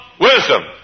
wisdom